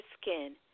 skin